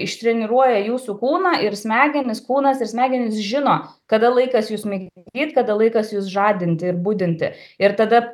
ištreniruoja jūsų kūną ir smegenys kūnas ir smegenys žino kada laikas jus migdyt kada laikas jus žadinti budinti ir tada